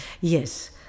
Yes